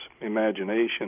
imagination